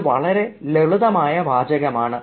ഇത് വളരെ ലളിതമായ വാചകമാണ്